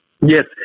Yes